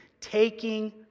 taking